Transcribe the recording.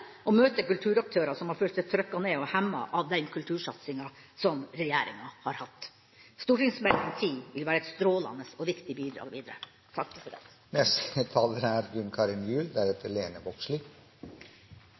å møte kulturaktører som har følt seg trykket ned og hemmet av den kultursatsinga som regjeringa har hatt. Meld. St. 10 for 2011–2012 vil være et strålende og viktig bidrag videre.